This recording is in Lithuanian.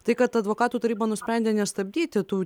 tai kad advokatų taryba nusprendė nestabdyti tų